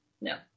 No